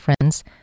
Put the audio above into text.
friends